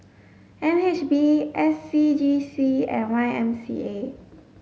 N H B S C G C and Y M C A